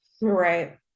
Right